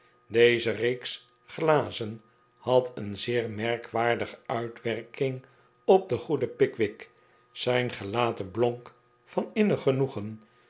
deze reeks glazen had een zeer merkwaardige uitwerking op den goeden pickwick zijn gelaat blonk van innig genoegen